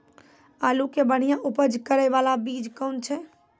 आलू के बढ़िया उपज करे बाला बीज कौन छ?